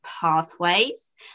pathways